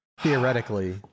theoretically